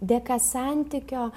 dėka santykio